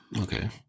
Okay